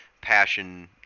passion